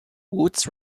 woods